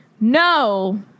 No